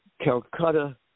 Calcutta